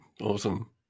Awesome